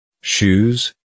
shoes